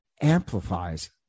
amplifies